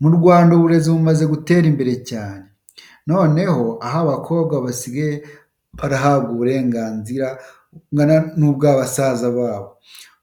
Mu Rwanda uburezi bumaze gutera imbere cyane. Noneho aho abakobwa basigaye barahawe uburenganzira bungana n'ubwabasaza babo